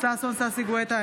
ששון ששי גואטה,